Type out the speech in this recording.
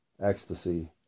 ...ecstasy